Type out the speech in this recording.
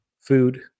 food